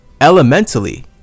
elementally